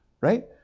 right